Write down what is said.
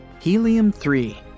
helium-3